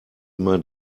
immer